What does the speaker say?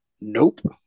Nope